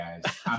guys